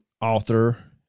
author